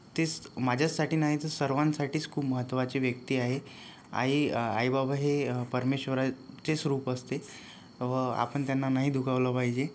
तीच माझ्याचसाठी नाही तर सर्वांसाठीच खूप महत्त्वाची व्यक्ती आहे आई आई बाबा हे परमेश्वराचेच रूप असते व आपण त्यांना नाही दुखावलं पाहिजे